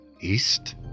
East